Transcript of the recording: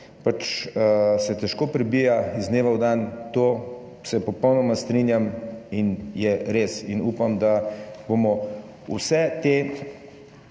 pač težko prebija iz dneva v dan. S tem se popolnoma strinjam in je res in upam, da bomo vso to